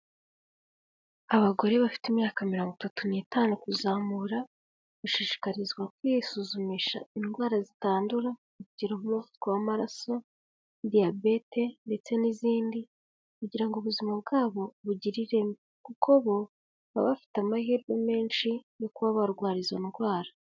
Abagore bafite imyaka mirongo itatu n'itanu kuzamura, bashishikarizwa kwisuzumisha indwara zitandura, urugero umuvuduko w'amaraso, diyabete ndetse n'izindi kugira ngo ubuzima bwabo bugire ireme, kuko bo baba bafite amahirwe menshi yo kuba barwara izo ndwara.